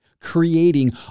creating